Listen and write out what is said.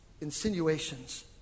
insinuations